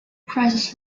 prices